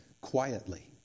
quietly